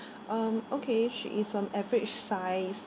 um okay she is um average sized